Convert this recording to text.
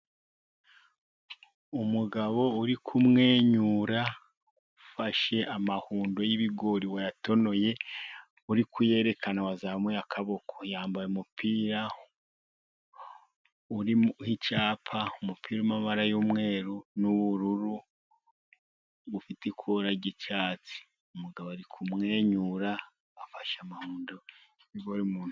Umugabo uri kumwenyura ufashe amahundo y'ibigori wayatonoye, uri kuyerekana wazamuye akaboko. Yambaye umupira uriho icyapa, umupira w'amabara y'umweru n'ubururu, ufite ikora ry'icyatsi. Umugabo ari kumwenyura, afashe amahundo y'ibigori mu ntoki.